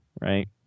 right